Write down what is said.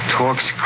talks